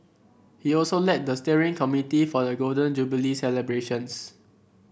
he also led the steering committee for the Golden Jubilee celebrations